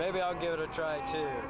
maybe i'll give it a try